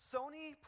Sony